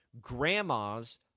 Grandmas